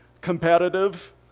competitive